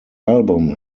album